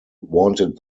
wanted